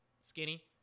skinny